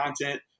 content